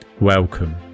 Welcome